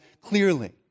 clearly